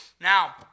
Now